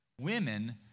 Women